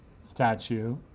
statue